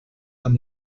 amb